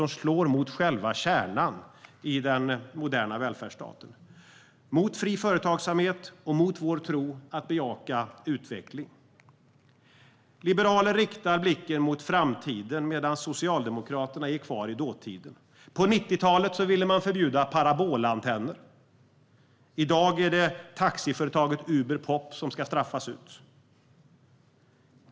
Den slår mot själva kärnan i den moderna välfärdsstaten, mot fri företagsamhet och mot vår tro på att bejaka utveckling. Vi liberaler riktar blicken mot framtiden medan Socialdemokraterna är kvar i dåtiden. På 90talet ville man förbjuda parabolantenner. I dag är det taxiföretaget Uberpop som ska straffas ut.